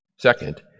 Second